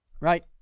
Right